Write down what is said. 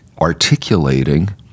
articulating